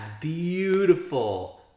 beautiful